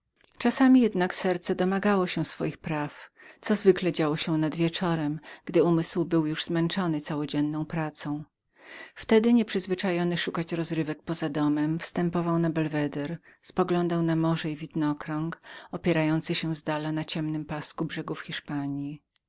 czasami jednak serce domagało się swoich praw co zwykle działo się nad wieczorem gdy umysł jego był już zmęczonym całodzienną pracą wtedy nieprzyzwyczajony szukać rozrywek za domem wstępował na swój belweder spoglądał na morze i widokrąg opierający się zdala na ciemnym pasku brzegów hiszpanji